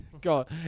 God